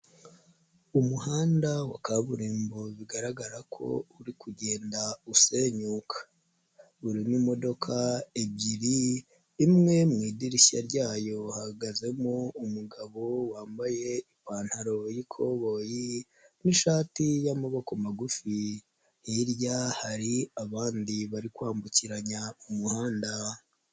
Umuhanda wa kaburimbo bigaragara ko uri kugenda usenyuka, urimo imodoka ebyiri imwe mu idirishya ryayo hahagazemo umugabo wambaye ipantaro y'ikoboyi n'ishati y'amaboko magufi, hirya hari abandi bari kwambukiranya umuhanda.